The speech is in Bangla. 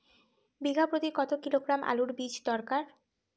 বিঘা প্রতি কত কিলোগ্রাম আলুর বীজ দরকার?